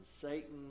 Satan